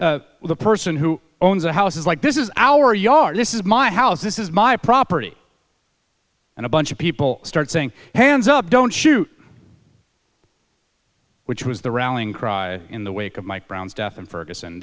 and the person who owns the house is like this is our yard this is my house this is my property and a bunch of people start saying hands up don't shoot which was the rallying cry in the wake of mike brown's death